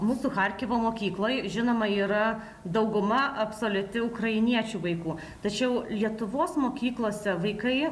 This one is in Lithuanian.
mūsų charkivo mokykloj žinoma yra dauguma absoliuti ukrainiečių vaikų tačiau lietuvos mokyklose vaikai